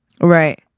right